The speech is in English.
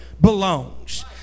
belongs